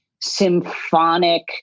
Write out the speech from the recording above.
symphonic